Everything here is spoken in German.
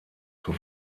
zur